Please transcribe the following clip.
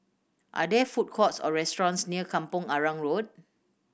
are there food courts or restaurants near Kampong Arang Road